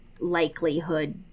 likelihood